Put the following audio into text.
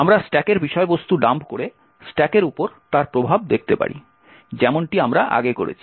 আমরা স্ট্যাকের বিষয়বস্তু ডাম্প করে স্ট্যাকের উপর তার প্রভাব দেখতে পারি যেমনটি আমরা আগে করেছি